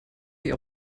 ihr